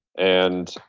and,